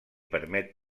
permet